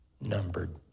numbered